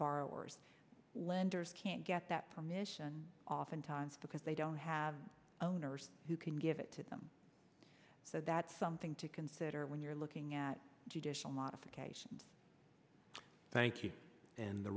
borrowers lenders can't get that permission oftentimes because they don't have owners who can give it to them so that's something to consider when you're looking at judicial modifications thank you and the